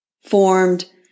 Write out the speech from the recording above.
formed